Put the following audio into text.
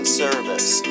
service